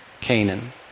Canaan